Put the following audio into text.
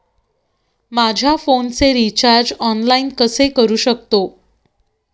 माझ्या फोनचे recharge online कसे करू शकतो?